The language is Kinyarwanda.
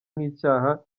nk’icyaha